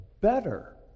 better